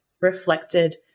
reflected